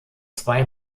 zwei